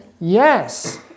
yes